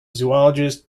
zoologist